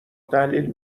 تحلیل